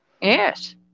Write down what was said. Yes